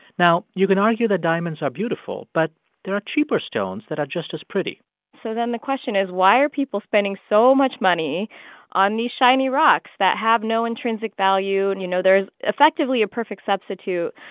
now, you can argue that diamonds are beautiful, but there are cheaper stones that are just as pretty so then the question is why are people spending so much money on these shiny rocks that have no intrinsic value? and you know, there's effectively a perfect substitute,